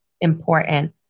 important